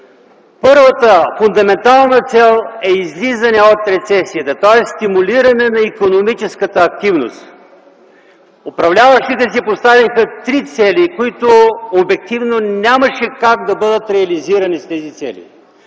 Първата фундаментална цел е излизане от рецесията. Тоест стимулиране на икономическата активност. Управляващите си поставиха три цели, които обективно нямаше как да бъдат реализирани. Първата цел